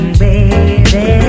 baby